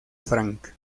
frank